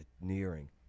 nearing